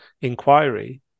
inquiry